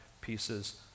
pieces